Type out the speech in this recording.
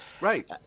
right